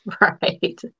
Right